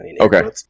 Okay